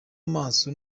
maso